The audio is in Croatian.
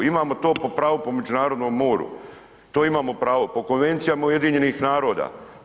Imamo to po pravu po međunarodnom moru, to imamo pravo po Konvencijama UN-a.